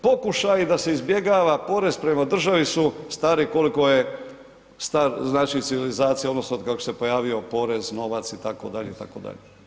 Pokušaji da se izbjegava porez prema državi su stari koliko je star znači civilizacija odnosno od kako se pojavio porez, novac itd., itd.